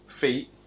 feet